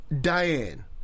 Diane